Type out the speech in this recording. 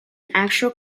actual